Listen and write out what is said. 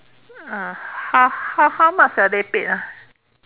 ah how how how much are they paid ah